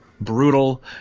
brutal